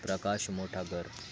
प्रकाश मोठा कर